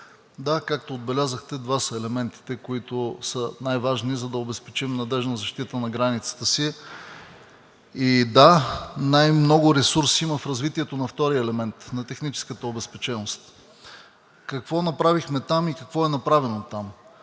да, както отбелязахте, два са елементите, които са най-важни, за да обезпечим надеждна защита на границата си, и, да, най-много ресурс има в развитието на втория елемент – на техническата обезпеченост. Какво направихме и какво е направено там.